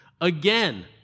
Again